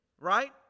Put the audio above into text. Right